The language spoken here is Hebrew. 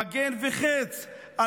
מגן וחץ,